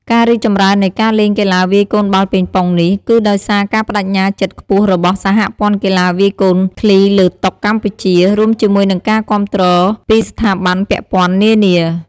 ការរីកចម្រើននៃការលេងកីឡាវាយកូនបាល់ប៉េងប៉ុងនេះ គឺដោយសារការប្ដេជ្ញាចិត្តខ្ពស់របស់សហព័ន្ធកីឡាវាយកូនឃ្លីលើតុកម្ពុជា រួមជាមួយនឹងការគាំទ្រពីស្ថាប័នពាក់ព័ន្ធនានា។